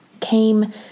came